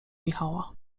michała